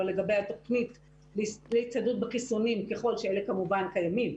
לגבי התוכנית להצטיידות בחיסונים ככל שאלה כמובן קיימים,